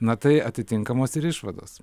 na tai atitinkamos išvados